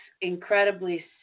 incredibly